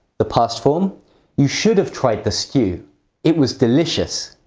the past form you should have tried the stew it was delicious!